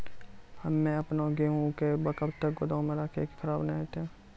हम्मे आपन गेहूँ के कब तक गोदाम मे राखी कि खराब न हते?